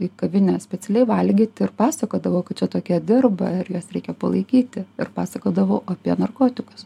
į kavinę specialiai valgyti ir pasakodavau kad čia tokie dirba ir juos reikia palaikyti ir pasakodavau apie narkotikus